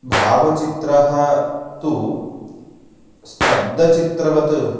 भावचित्रं तु स्तब्धचित्रवत्